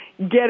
get